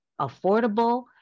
affordable